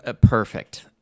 perfect